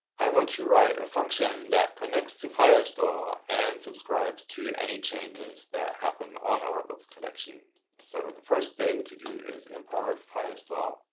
i want to write a function that connects to firestore and subscribes to any changes that happen on our books collection. so the first thing to do is import firestore.